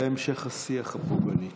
זה המשך השיח הפוגעני.